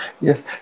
Yes